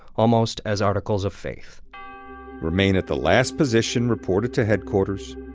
almost as articles of faith remain at the last position reported to headquarters,